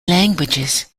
languages